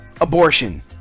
abortion